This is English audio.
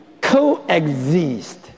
coexist